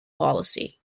policy